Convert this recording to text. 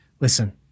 listen